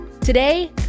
Today